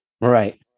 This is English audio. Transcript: Right